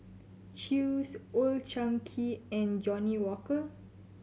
Chew's Old Chang Kee and Johnnie Walker